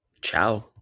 ciao